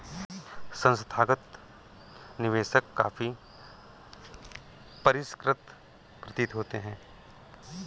संस्थागत निवेशक काफी परिष्कृत प्रतीत होते हैं